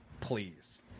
please